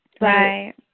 right